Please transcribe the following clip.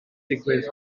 digwydd